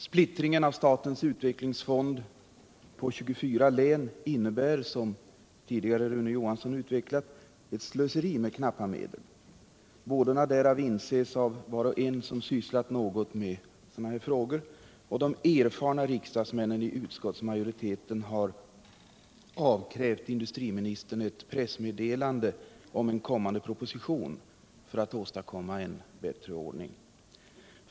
Splittringen av statens utvecklingsfond på 24 län innebär, som Rune Johansson utvecklat tidigare, ett slöseri med knappa medel. Vådorna av detta inses av var och en som sysslat med sådana här frågor, och de erfarna riksdagsmännen i utskottsmajoriteten har också avkrävt industriministern ett pressmeddelande om en kommande proposition för att åstadkomma bättre ordning.